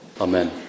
Amen